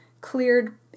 cleared